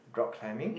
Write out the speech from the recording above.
rock climbing